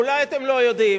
אולי אתם לא יודעים,